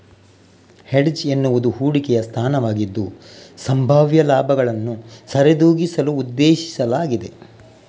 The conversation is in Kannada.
ಹೆಡ್ಜ್ ಎನ್ನುವುದು ಹೂಡಿಕೆಯ ಸ್ಥಾನವಾಗಿದ್ದು, ಸಂಭಾವ್ಯ ಲಾಭಗಳನ್ನು ಸರಿದೂಗಿಸಲು ಉದ್ದೇಶಿಸಲಾಗಿದೆ